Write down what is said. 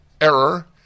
error